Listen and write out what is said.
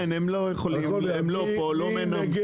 כן, הם לא פה, לא מנמקים.